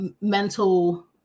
mental